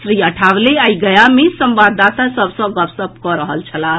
श्री अठावले आइ गया मे संवाददाता सभ सॅ गपशप कऽ रहल छलाह